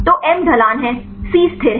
तो m ढलान है c स्थिर है